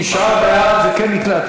תשעה בעד, זה כן נקלט.